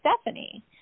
Stephanie